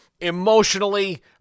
Emotionally